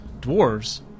Dwarves